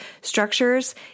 structures